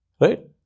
Right